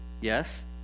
yes